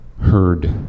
heard